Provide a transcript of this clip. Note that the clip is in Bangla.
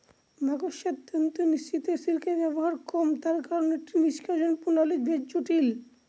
মাকড়সার তন্তু নিঃসৃত সিল্কের ব্যবহার কম তার কারন এটি নিঃষ্কাষণ প্রণালী বেশ জটিল